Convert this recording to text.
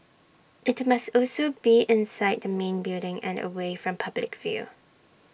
IT must also be inside the main building and away from public view